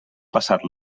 passat